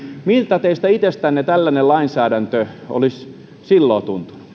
miltä teistä itsestänne tällainen lainsäädäntö olisi silloin